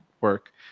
work